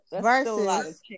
versus